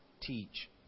teach